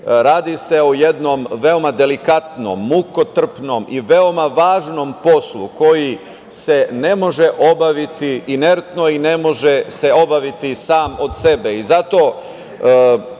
radi se o jednom veoma delikatnom, mukotrpnom i veoma važnom poslu koji se ne može obaviti inertno i ne može se obaviti sam od sebe.